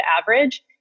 average